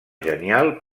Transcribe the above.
genial